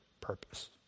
purpose